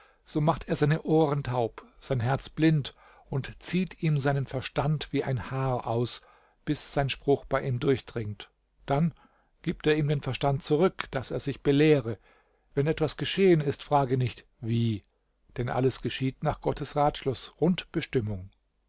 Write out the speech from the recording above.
so macht er seine ohren taub sein herz blind und zieht ihm seinen verstand wie ein haar aus bis sein spruch bei ihm durchdringt dann gibt er ihm den verstand zurück daß er sich belehre wenn etwas geschehen ist frage nicht wie denn alles geschieht nach gottes ratschluß und bestimmung